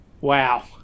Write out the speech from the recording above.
Wow